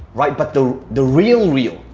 right but the the real reel.